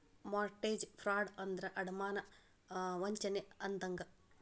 mortgage fraud ಅಂದ್ರ ಅಡಮಾನ ವಂಚನೆ ಅಂದಂಗ